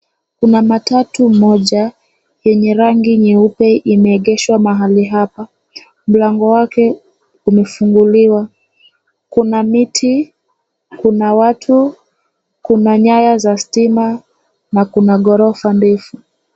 Kuna matatu moja yenye rangi nyeupe imeegeshwa mahali hapa. Mlango wake umefunguliwa. Kuna miti, kuna watu, kuna nyaya za stima na kuna ghorofa ndefu.